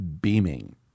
beaming